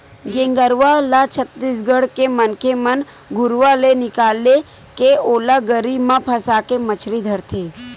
गेंगरूआ ल छत्तीसगढ़ के मनखे मन घुरुवा ले निकाले के ओला गरी म फंसाके मछरी धरथे